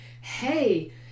hey